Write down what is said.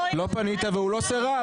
לא פנית והוא לא סרב.